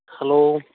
hello